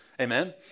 Amen